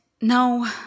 No